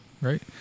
right